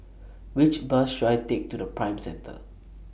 Which Bus should I Take to Prime Centre